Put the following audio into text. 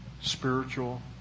spiritual